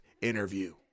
interview